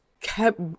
kept